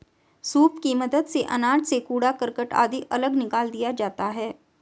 soup की मदद से अनाज से कूड़ा करकट आदि अलग निकाल दिया जाता है